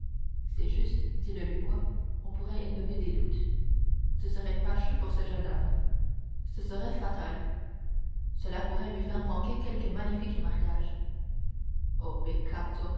c'est juste dit le lucquois on pourrait élever des doutes ce serait fâcheux pour ce jeune homme ce serait fatal cela pourrait lui faire manquer quelque magnifique mariage